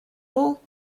hall